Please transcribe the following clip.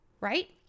right